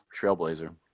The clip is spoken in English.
trailblazer